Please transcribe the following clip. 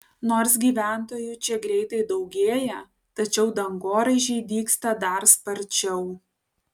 nors gyventojų čia greitai daugėja tačiau dangoraižiai dygsta dar sparčiau